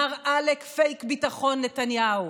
מר עלאק פייק ביטחון נתניהו.